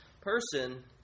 person